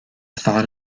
thought